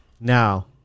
Now